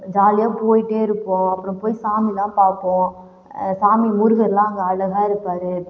ஜாலியாக போயிட்டே இருப்போம் அப்புறம் போய் சாமிலாம் பார்ப்போம் சாமி முருகர்லாம் அங்கே அழகாக இருக்கார்